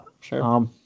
sure